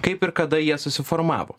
kaip ir kada jie susiformavo